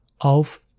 auf